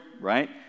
right